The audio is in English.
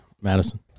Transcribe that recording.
Madison